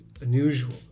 unusual